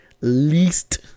least